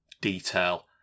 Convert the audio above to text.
detail